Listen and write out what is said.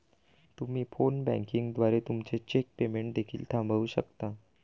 तुम्ही phone banking द्वारे तुमचे चेक पेमेंट देखील थांबवू शकता